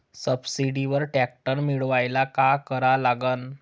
सबसिडीवर ट्रॅक्टर मिळवायले का करा लागन?